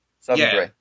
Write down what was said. Seven-three